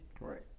Right